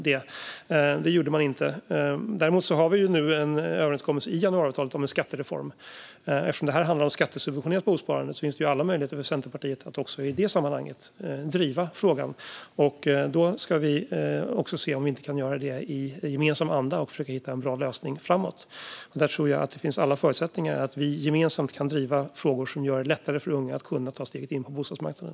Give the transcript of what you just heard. Det gjorde ni inte. Vi har däremot en överenskommelse i januariavtalet om en skattereform. Eftersom det här handlar om skattesubventionerat bosparande finns alla möjligheter för Centerpartiet att i det sammanhanget driva frågan. Vi får se om vi inte också kan göra det i gemensam anda och försöka hitta en bra lösning framöver. Jag tror att vi har alla förutsättningar att gemensamt kunna driva frågor som gör det lättare för unga att ta steget in på bostadsmarknaden.